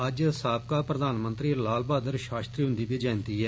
अज्ज साबका प्रधानमंत्री लाल बहादुर शास्त्री हुन्दी बी जयंति ऐ